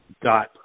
dot